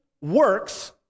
works